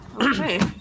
Okay